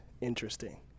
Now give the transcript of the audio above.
interesting